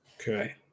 Okay